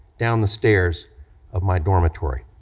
down the stairs of my dormitory.